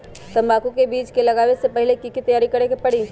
तंबाकू के बीज के लगाबे से पहिले के की तैयारी करे के परी?